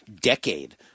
decade